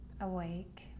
awake